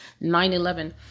9-11